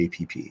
app